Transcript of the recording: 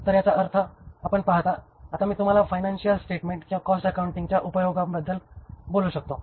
तर याचा अर्थ आपण पाहता आता मी तुम्हाला फायनांनशीअल स्टेटमेंट किंवा कॉस्ट अकाउंटिंगच्या उपयोगाबद्दल बोलू शकतो